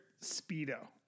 speedo